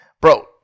Bro